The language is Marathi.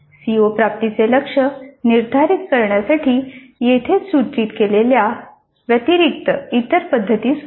सीओ प्राप्तीचे लक्ष्य निर्धारित करण्यासाठी येथे सूचित केलेल्या व्यतिरिक्त इतर पद्धती सुचवा